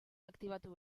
aktibatu